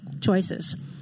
choices